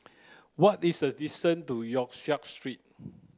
what is the distance to Yong Siak Street